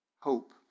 hope